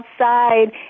outside